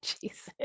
jesus